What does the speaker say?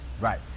right